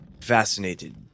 fascinated